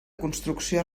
construcció